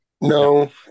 No